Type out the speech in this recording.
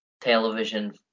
television